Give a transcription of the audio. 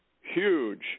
huge